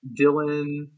Dylan